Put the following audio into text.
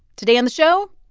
today on the show,